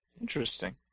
Interesting